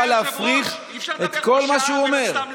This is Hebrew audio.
אתה תוכל להפריך את כל מה שהוא אומר.